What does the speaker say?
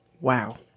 Wow